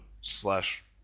slash